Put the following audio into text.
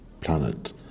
planet